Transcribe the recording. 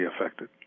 affected